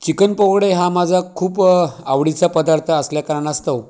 chicken pakode हा माझा खूप आवडीचा पदार्थ असल्या कारणास्तव